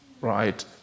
right